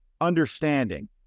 understanding